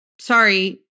Sorry